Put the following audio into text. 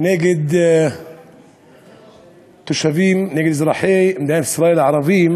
נגד תושבים, נגד אזרחי מדינת ישראל הערבים